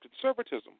conservatism